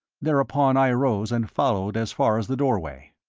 thereupon i arose and followed as far as the doorway.